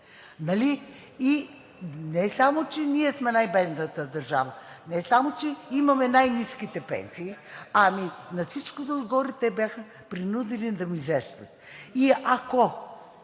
Не само че ние сме най-бедната държава, не само че имаме най-ниските пенсии, ами на всичкото отгоре те бяха принудени да мизерстват. Ако